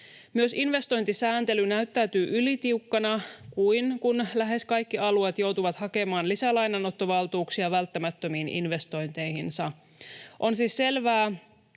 Myös investointisääntely näyttäytyy ylitiukkana, kun lähes kaikki alueet joutuvat hakemaan lisälainanottovaltuuksia välttämättömiin investointeihinsa. On siis selvää,